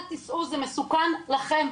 אל תיסעו כי זה מסוכן לכם.